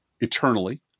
eternally